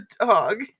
dog